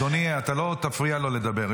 אדוני, אתה לא תפריע לו לדבר.